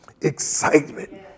excitement